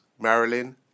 Marilyn